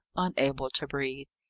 unable to breathe.